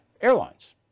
airlines